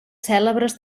cèlebres